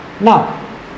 Now